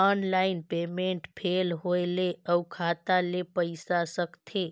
online payment fail होय ले अउ खाता ले पईसा सकथे